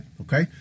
okay